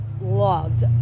loved